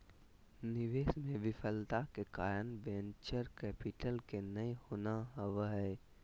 निवेश मे विफलता के कारण वेंचर कैपिटल के नय होना होबा हय